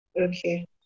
Okay